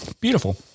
Beautiful